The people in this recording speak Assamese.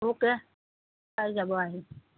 অকে চাই যাব আহি